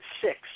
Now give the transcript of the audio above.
Six